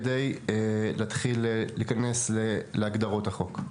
כדי להתחיל ולהיכנס להגדרות החוק.